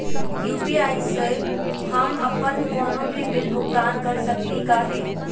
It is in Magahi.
यू.पी.आई स हम अप्पन कोनो भी बिल भुगतान कर सकली का हे?